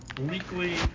weekly